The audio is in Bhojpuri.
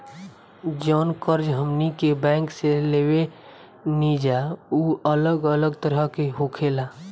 जवन कर्ज हमनी के बैंक से लेवे निजा उ अलग अलग तरह के होखेला